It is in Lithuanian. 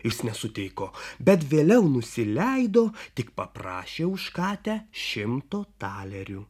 jis nesutiko bet vėliau nusileido tik paprašė už katę šimto talerių